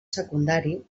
secundari